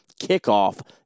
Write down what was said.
kickoff